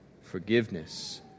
forgiveness